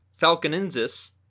falconensis